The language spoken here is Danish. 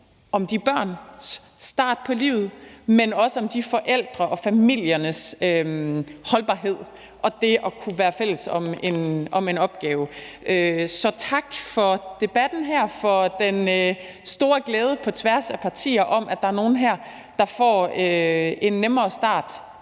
om børnenes start på livet, men også om forældrene og om familiernes holdbarhed og det at kunne være fælles om en opgave. Så tak for debatten her og for den store glæde på tværs af partier over, at der er nogle her, der får en nemmere start